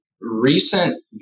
recent